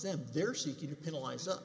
them they're seeking to penalize u